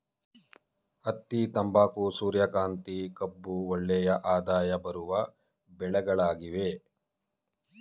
ಹತ್ತಿ, ತಂಬಾಕು, ಸೂರ್ಯಕಾಂತಿ, ಕಬ್ಬು ಒಳ್ಳೆಯ ಆದಾಯ ಬರುವ ಬೆಳೆಗಳಾಗಿವೆ